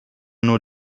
nur